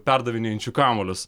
perdavinėjančiu kamuolius